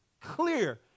clear